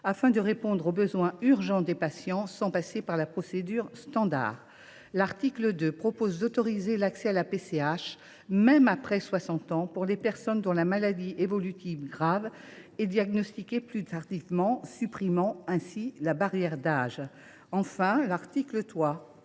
afin de répondre aux besoins urgents des patients sans passer par la procédure standard. L’article 2 prévoit d’autoriser l’accès à la PCH même après 60 ans pour les personnes dont la maladie évolutive grave est diagnostiquée plus tardivement, supprimant ainsi la barrière d’âge. L’article 3